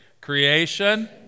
Creation